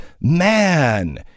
man